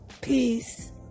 peace